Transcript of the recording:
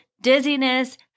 dizziness